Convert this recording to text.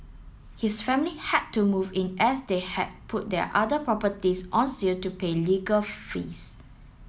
his family had to move in as they had put their other properties on sale to pay legal fees